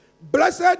Blessed